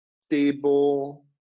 stable